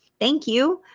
thank you.